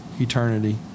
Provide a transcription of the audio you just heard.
eternity